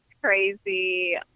crazy –